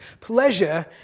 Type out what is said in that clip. pleasure